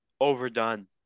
Overdone